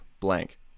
blank